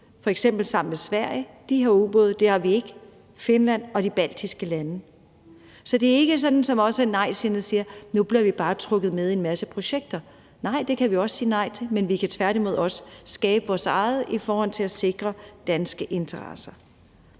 f.eks. sammen med Sverige – de har ubåde, det har vi ikke – Finland og de baltiske lande. Så det er jo ikke sådan, som nejsiden siger, at vi nu bare bliver trukket med i en masse projekter. Nej, for det kan vi sige nej til, men vi kan tværtimod også skabe vores eget i forhold til at sikre danske interesser.